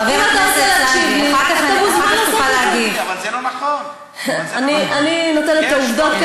אבו לא בא, אבו מאזן גם לא מטלפן.